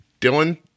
Dylan